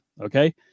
okay